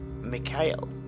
Mikhail